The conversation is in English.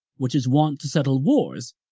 which is want to settle wars,